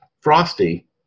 frosty